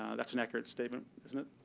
that's an accurate statement, isn't it?